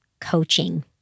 coaching